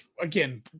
Again